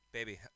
Baby